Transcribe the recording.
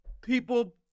people